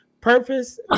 purpose